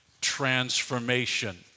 transformation